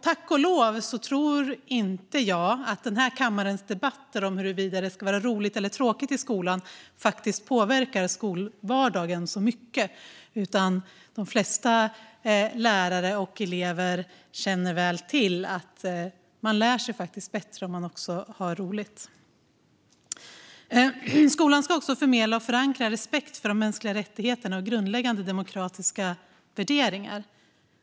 Tack och lov tror jag inte att den här kammarens debatter om det ska vara roligt eller tråkigt i skolan påverkar skolvardagen särskilt mycket. De flesta lärare och elever känner väl till att man lär sig bättre om man också har roligt. Skolan ska också förmedla och förankra respekt för de mänskliga rättigheterna och för grundläggande demokratiska värderingar.